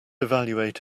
evaluate